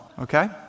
okay